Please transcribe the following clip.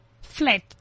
flat